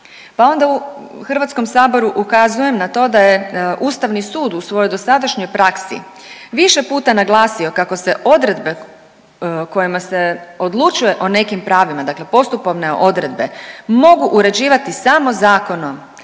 pa onda u HS ukazujem na to da je ustavni sud u svojoj dosadašnjoj praksi više puta naglasio kako se odredbe kojima se odlučuje o nekim pravima, dakle postupovne odredbe, mogu uređivati samo zakonom,